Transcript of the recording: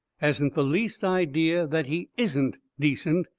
hasn't the least idea that he isn't decent,